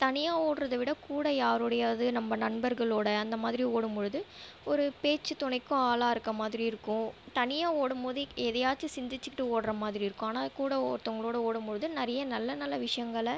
தனியாக ஓடுகிறத விட கூட யாரோடையாவது நம்ம நண்பர்களோடய அந்த மாதிரி ஓடும் பொழுது ஒரு பேச்சு துணைக்கும் ஆளாயிருக்க மாதிரி இருக்கும் தனியாக ஓடும் போது எதையாச்சி சிந்திச்சுகிட்டு ஓடுகிற மாதிரி இருக்கும் ஆனால் கூட ஒருத்தவங்களோடய ஓடும் பொழுது நிறைய நல்ல நல்ல விஷயங்கள